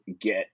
get